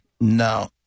No